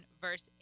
verse